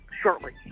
shortly